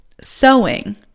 sewing